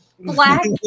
Black